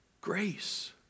grace